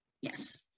Yes